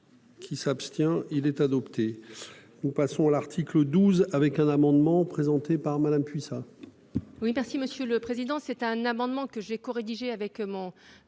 Qui s'abstient. Il est adopté ou passons à l'article 12 avec un amendement présenté par Madame puis ça. Oui, merci Monsieur le Président c'est un amendement que j'ai corédigé avec mon